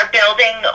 building